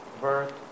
birth